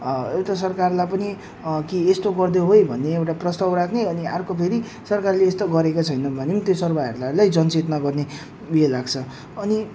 एउटा सरकारलाई पनि कि यस्तो गरिदेऊ है भन्ने एउटा प्रस्ताव राख्ने अनि अर्को फेरि सरकारले यस्तो गरेको छैन भनौँ त्यो सर्वहारालाई जनचेतना गर्ने उयो लाग्छ अनि